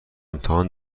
امتحان